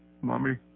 Mommy